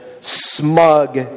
smug